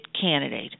candidate